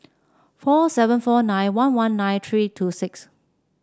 four seven four nine one one nine three two six